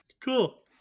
Cool